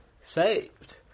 saved